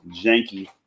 janky